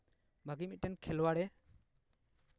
ᱵᱷᱟᱹᱜᱤ ᱢᱤᱫᱴᱟᱱ ᱠᱷᱮᱞᱣᱟᱲᱮ